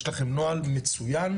יש לכם נוהל מצויין,